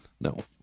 no